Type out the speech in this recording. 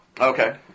Okay